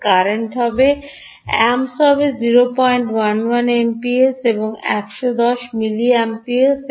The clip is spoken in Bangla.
এবং কারেন্ট হবে এম্পস হবে 011 এমপিএস একটি 110 মিলিঅ্যাম্পিয়ারস